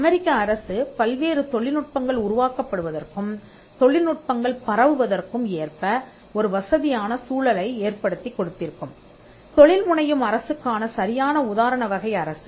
அமெரிக்க அரசு பல்வேறு தொழில்நுட்பங்கள் உருவாக்கப்படுவதற்கும் தொழில்நுட்பங்கள் பரவுவதற்கும் ஏற்ப ஒரு வசதியான சூழலை ஏற்படுத்திக் கொடுத்திருக்கும் தொழில்முனையும் அரசுக்கான சரியான உதாரண வகை அரசு